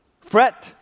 fret